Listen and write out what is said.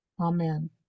Amen